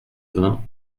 vingts